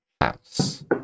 house